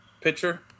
pitcher